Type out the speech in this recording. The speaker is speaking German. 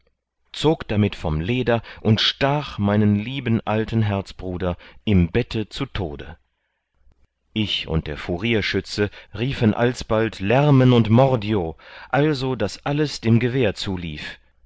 zog damit von leder und stach meinen lieben alten herzbruder im bette zu tode ich und der furierschütze riefen alsbald lärmen und mordio also daß alles dem gewehr zulief